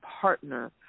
partner